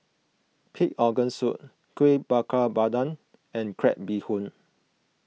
Pig Organ Soup Kuih Bakar Pandan and Crab Bee Hoon